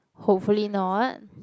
hopefully not